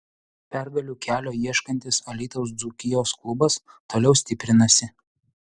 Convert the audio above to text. pergalių kelio ieškantis alytaus dzūkijos klubas toliau stiprinasi